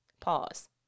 pause